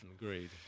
Agreed